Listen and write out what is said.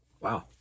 wow